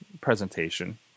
presentation